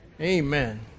Amen